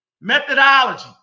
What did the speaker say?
methodology